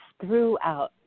throughout